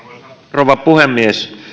rouva puhemies